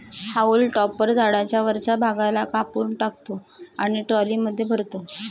haulm topper झाडाच्या वरच्या भागाला कापून टाकतो आणि ट्रॉलीमध्ये भरतो